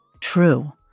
True